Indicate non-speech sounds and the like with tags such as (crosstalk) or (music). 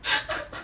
(laughs)